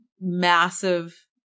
massive